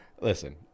Listen